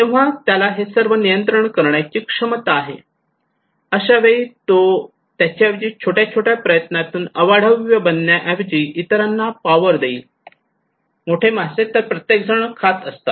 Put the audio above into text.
तेव्हा त्याला हे सर्व नियंत्रण करण्याची क्षमता आहे अशा वेळी तो त्याच्या ऐवजी छोट्या छोट्या प्रयत्नातून अवाढव्य बनवण्याऐवजी इतरांना पावर देईल मोठे मासे तर प्रत्येक जण खात असतात